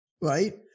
right